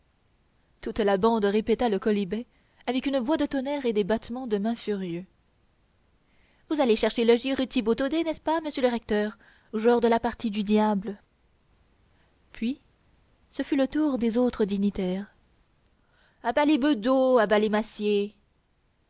toute la bande répéta le quolibet avec une voix de tonnerre et des battements de mains furieux vous allez chercher logis rue thibautodé n'est-ce pas monsieur le recteur joueur de la partie du diable puis ce fut le tour des autres dignitaires à bas les